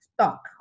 stock